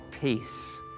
Peace